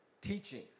teaching